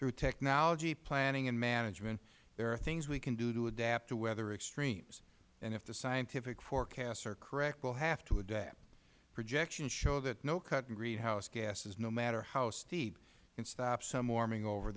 through technology planning and management there are things we can do to adapt to weather extremes and if the scientific forecasts are correct we will have to adapt projections show that no cut in greenhouse gasses no matter how steep can stop some warming over